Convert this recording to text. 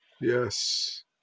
Yes